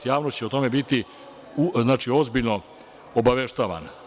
Javnost će o tome biti ozbiljno obaveštavana.